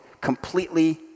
completely